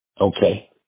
Okay